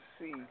see